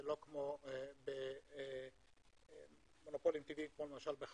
שלא כמו מונופולים טבעיים כמו בחשמל,